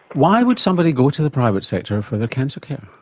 why would somebody go to the private sector for their cancer care?